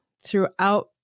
throughout